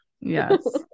Yes